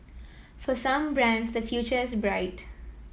for some brands the future is bright